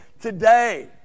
today